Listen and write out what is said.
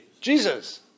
Jesus